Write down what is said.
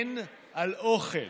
כן, על אוכל,